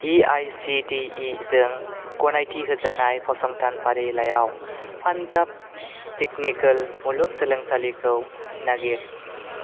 E I C T E जों गनायथि होजानाय फसंथान फारिलाइआव पान्जाब टेकनिकेल मुलुग सोलोंसालिखौ नागिर